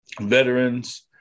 veterans